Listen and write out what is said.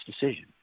decision